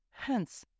Hence